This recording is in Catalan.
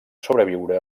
sobreviure